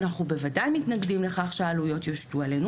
אנחנו בוודאי מתנגדים לכך שהעלויות יושתו עלינו